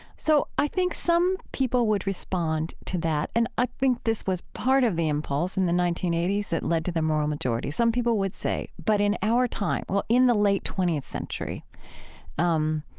so i think some people would respond to that, and i think this was part of the impulse in the nineteen eighty s that led to the moral majority. some people would say, but in our time well in the late twentieth century um